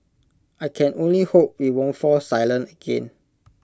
I can only hope we won't fall silent again